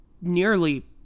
nearly